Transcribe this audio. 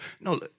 No